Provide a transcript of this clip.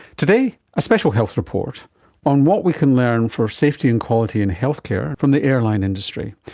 today, a special health report on what we can learn for safety and quality in health care from the airline industry.